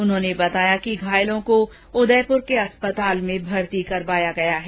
उन्होंने बताया कि घायलों को उदयपुर के अस्पताल में भर्ती कराया गया है